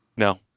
no